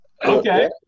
Okay